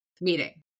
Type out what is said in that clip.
meeting